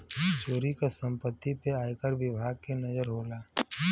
चोरी क सम्पति पे आयकर विभाग के नजर होला